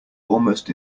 almost